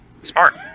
Smart